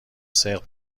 صدق